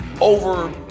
over